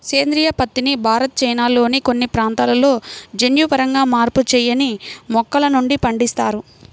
సేంద్రీయ పత్తిని భారత్, చైనాల్లోని కొన్ని ప్రాంతాలలో జన్యుపరంగా మార్పు చేయని మొక్కల నుండి పండిస్తారు